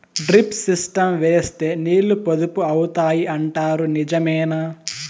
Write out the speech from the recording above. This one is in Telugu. డ్రిప్ సిస్టం వేస్తే నీళ్లు పొదుపు అవుతాయి అంటారు నిజమేనా?